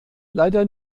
leider